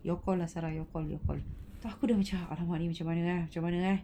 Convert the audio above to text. your call lah sarah your call your call then aku macam !alamak! ini macam mana ah macam mana eh